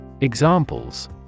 Examples